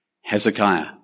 Hezekiah